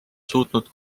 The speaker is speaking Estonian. suutnud